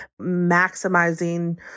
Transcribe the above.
maximizing